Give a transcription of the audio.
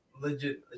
Legit